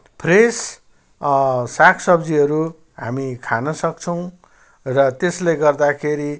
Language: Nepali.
फ्रेस साग सब्जीहरू हामी खान सक्छौँ र त्यसले गर्दाखेरि